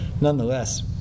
nonetheless